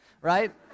Right